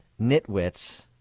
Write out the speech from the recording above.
nitwits